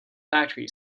factory